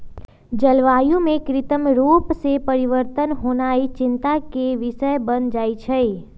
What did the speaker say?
जलवायु में कृत्रिम रूप से परिवर्तन होनाइ चिंता के विषय बन जाइ छइ